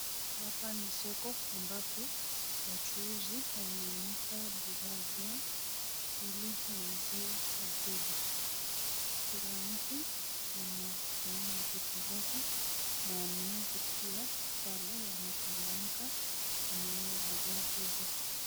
Hapa ni soko ambapo wachuuzi wameanika bidhaa zao ili wauzie wateja, kila mtu anapeana vitu zake na wanunuzi pia pale wanachangamka kununua bidhaa hizi.